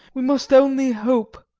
we must only hope!